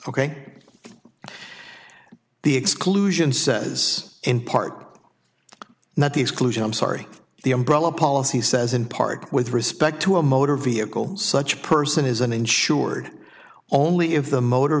ok the exclusion says in part not the exclusion i'm sorry the umbrella policy says in part with respect to a motor vehicle such person is an insured only if the motor